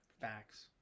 Facts